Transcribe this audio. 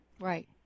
Right